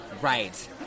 Right